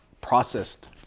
processed